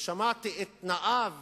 ושמעתי את תנאיו